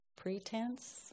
pretense